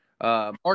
Mark